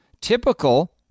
typical